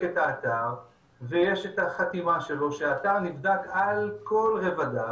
את האתר ויש את החתימה שלו שהאתר נבדק על כל רבדיו.